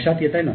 लक्षात येतय ना